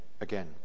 again